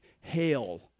hail